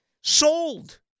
sold